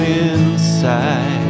inside